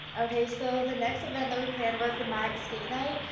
okay so the next event that we planned was the myac skate night.